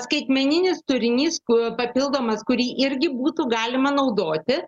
skaitmeninis turinys ku papildomas kurį irgi būtų galima naudoti